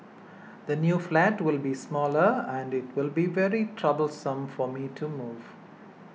the new flat will be smaller and it will be very troublesome for me to move